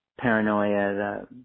paranoia